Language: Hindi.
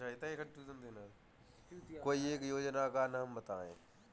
कोई एक योजना का नाम बताएँ?